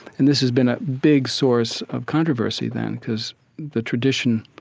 and this has been a big source of controversy then because the tradition